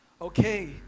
Okay